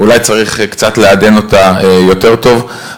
אולי צריך קצת לעדן אותה יותר טוב.